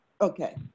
okay